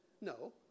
No